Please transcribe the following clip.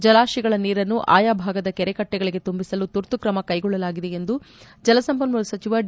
ಜಲಾಶಯಗಳ ನೀರನ್ನು ಆಯಾ ಭಾಗದ ಕೆರೆ ಕಟ್ಟೆಗಳಗೆ ತುಂಬಿಸಲು ತುರ್ತು ಕ್ರಮ ಕೈಗೊಳ್ಳಲಾಗಿದೆ ಎಂದು ಜಲ ಸಂಪನ್ಸೂಲ ಸಚಿವ ಡಿ